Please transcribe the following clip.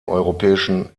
europäischen